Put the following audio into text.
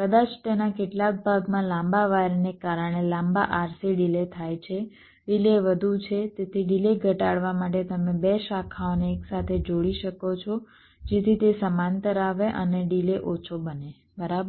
કદાચ તેના કેટલાક ભાગમાં લાંબા વાયરને કારણે લાંબા RC ડિલે થાય છે ડિલે વધુ છે તેથી ડિલે ઘટાડવા માટે તમે 2 શાખાઓને એકસાથે જોડી શકો છો જેથી તે સમાંતર આવે અને ડિલે ઓછો બને બરાબર